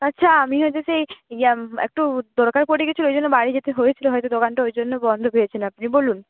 আচ্ছা আমি হয়তো সেই একটু দরকার পড়ে গেছিলো ওই জন্য বাড়ি যেতে হয়েছিলো হয়তো দোকানটা ওই জন্য বন্ধ পেয়েছেন আপনি বলুন